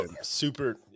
super